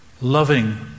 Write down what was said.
loving